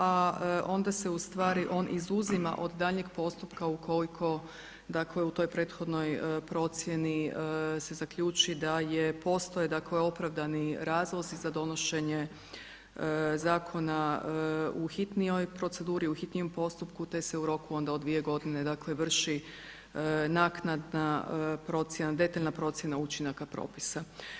A onda se u stvari on izuzima od daljnjeg postupka ukoliko, dakle u toj prethodnoj procjeni se zaključi da je, dakle postoje opravdani razlozi za donošenje zakona u hitnijoj proceduri, u hitnijem postupku, te se u roku onda od dvije godine, dakle vrši naknadna procjena, detaljna procjena učinaka propisa.